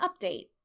update